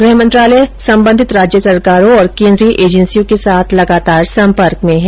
गृह मंत्रालय संबंधित राज्य सरकारों और केन्द्रीय एजेंसियों के साथ लगातार सम्पर्क में हैं